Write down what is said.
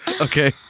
Okay